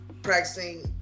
practicing